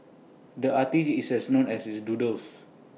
the artist is as known as his doodles